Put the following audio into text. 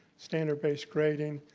standard based grading,